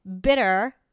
bitter